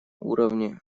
уровне